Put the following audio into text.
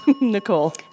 Nicole